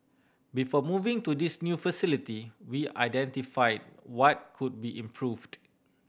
before moving to this new facility we identify what could be improved